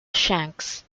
shanks